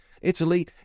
Italy